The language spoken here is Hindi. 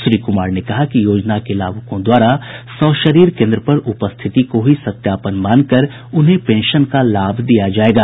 श्री कुमार ने कहा कि योजना के लाभुकों द्वारा सशरीर केन्द्र पर उपस्थिति को ही सत्यापन मानकर उन्हें पेंशन का लाभ दिया जायेगा